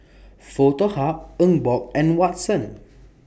Foto Hub Emborg and Watsons